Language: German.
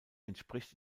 entspricht